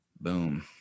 Boom